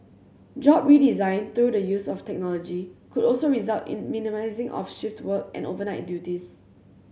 job redesign through the use of technology could also result in minimising of shift work and overnight duties